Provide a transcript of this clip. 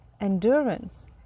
endurance